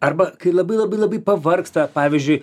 arba kai labai labai labai pavargsta pavyzdžiui